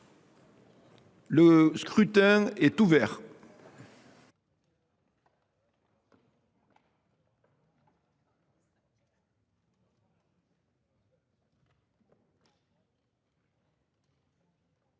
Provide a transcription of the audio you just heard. Le scrutin est ouvert.